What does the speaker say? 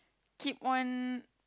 keep on